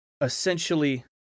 essentially